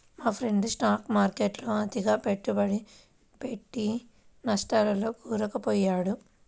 మా friend stock మార్కెట్టులో అతిగా పెట్టుబడి పెట్టి నట్టాల్లో కూరుకుపొయ్యాడు